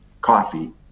coffee